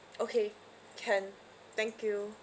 okay can thank you